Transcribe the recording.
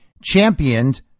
championed